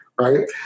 right